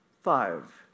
Five